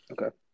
Okay